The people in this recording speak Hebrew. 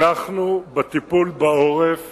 אנחנו בטיפול בעורף